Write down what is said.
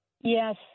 Yes